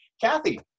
Kathy